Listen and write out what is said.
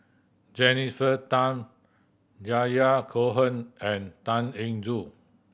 Jennifer Tham Yahya Cohen and Tan Eng Joo